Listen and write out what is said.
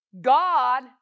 God